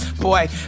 Boy